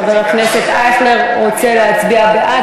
חבר הכנסת אייכלר רוצה להצביע בעד.